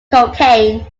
cocaine